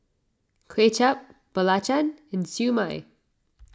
Kway Chap Belacan and Siew Mai